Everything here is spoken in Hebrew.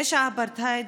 פשע אפרטהייד,